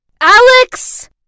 Alex